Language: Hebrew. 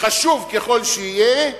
חשוב ככל שיהיה,